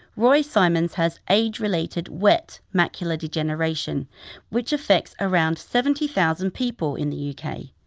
roy symons has age related wet macular degeneration which affects around seventy thousand people in the kind of